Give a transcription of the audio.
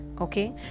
Okay